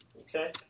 Okay